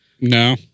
no